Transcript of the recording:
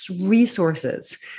resources